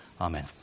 Amen